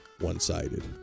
one-sided